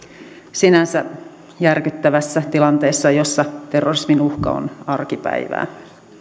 sinänsä järkyttävässä tilanteessa jossa terrorismin uhka on arkipäivää